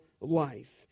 life